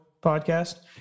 podcast